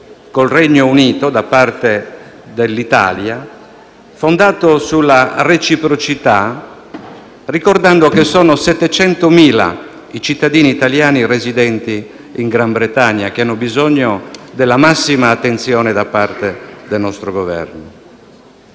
il Regno Unito da parte dell'Italia, fondato sulla reciprocità, ricordando che sono 700.000 i cittadini italiani residenti in Regno Unito e che hanno bisogno della massima attenzione da parte del nostro Governo.